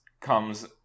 comes